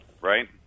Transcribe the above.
right